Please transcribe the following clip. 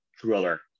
thriller